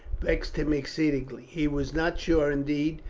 vexed him exceedingly. he was not sure, indeed,